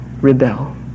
Rebel